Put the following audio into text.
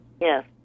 Yes